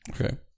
Okay